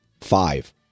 five